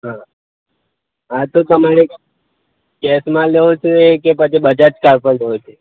હા તો તમારે કેશમાં લેવો છે કે પછી બજાજ કાર્ડ પર લેવો છે